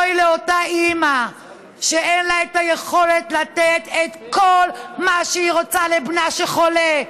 אוי לאותה אימא שאין לה היכולת לתת את כל מה שהיא רוצה לבנה שחולה,